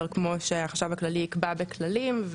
שהחשב הכללי יקבע בכללים,